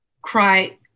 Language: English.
cry